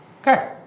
Okay